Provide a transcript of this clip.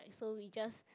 so we just